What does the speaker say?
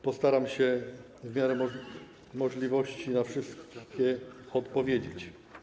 Postaram się w miarę możliwości na wszystkie odpowiedzieć.